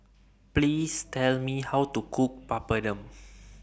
Please Tell Me How to Cook Papadum